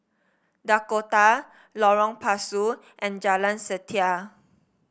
Dakota Lorong Pasu and Jalan Setia